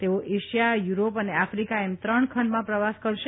તેઓ Asia Europe અને Africa એમ ત્રણ ખંડનો પ્રવાસ કરશે